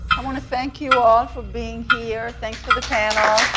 i want to thank you all for being here. thanks to the panel.